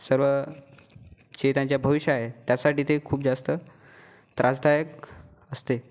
सर्व जे त्यांचे भविष्य आहे त्यासाठी ते खूप जास्त त्रासदायक असते